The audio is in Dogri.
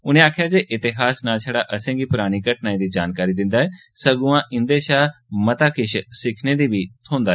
उनें आक्खेआ जे इतिहास नां छड़ा असेंगी परानी घटनाएं दी जानकारी दिंदा ऐ सगुआं एह्दे शा मता किश सिक्खने च बी थ्होंदा ऐ